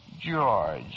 George